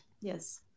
yes